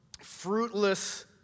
fruitless